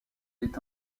est